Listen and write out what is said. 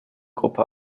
gruppe